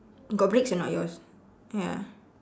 got bricks or not yours ya